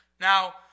Now